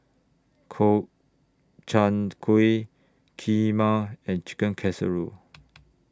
Gobchang Gui Kheema and Chicken Casserole